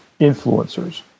influencers